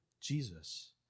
Jesus